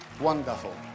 Wonderful